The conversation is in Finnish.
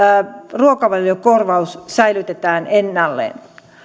ruokavaliokorvaus säilytetään ennallaan